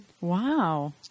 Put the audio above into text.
Wow